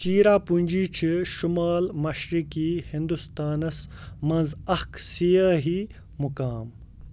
چیٖرا پوٗنٛجی چھِ شُمال مشرقی ہِنٛدوستانس منٛز اَکھ سِیاحی مُقام